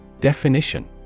Definition